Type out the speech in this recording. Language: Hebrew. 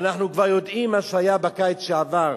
ואנחנו כבר יודעים מה שהיה בקיץ שעבר,